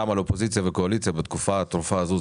על האופוזיציה והקואליציה בתקופה הטרופה הזו,